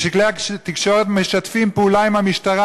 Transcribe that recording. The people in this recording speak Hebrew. כלי התקשורת משתפים פעולה עם המשטרה,